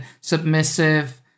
submissive